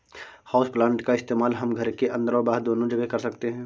houseplant का इस्तेमाल हम घर के अंदर और बाहर दोनों जगह कर सकते हैं